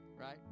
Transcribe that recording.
Right